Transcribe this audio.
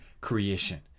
creation